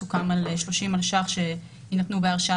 סוכם על 30 מיליון ש"ח שיינתנו בהרשאה